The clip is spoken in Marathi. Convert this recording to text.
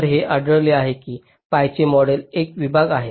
तर हे आढळले आहे की हे pi मॉडेलचा एक विभाग आहे